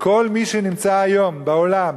וכל מי שנמצא היום בעולם,